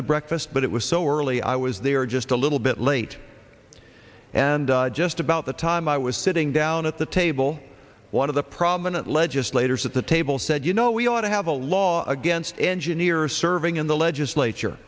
the breakfast but it was so early i was there just a little bit late and just about the time i was sitting down at the table one of the prominent legislators at the table said you know we ought to have a law against engineers serving in the legislature